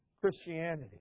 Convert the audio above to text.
Christianity